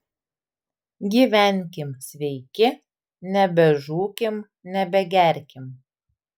gyvenkim sveiki nebežūkim nebegerkim